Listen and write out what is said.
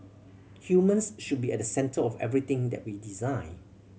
humans should be at the centre of everything that we design